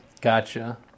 gotcha